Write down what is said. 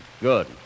Good